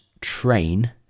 train